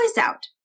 out